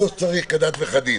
כמו שצריך, כדת וכדין.